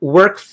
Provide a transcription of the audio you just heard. Work